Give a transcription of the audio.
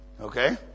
Okay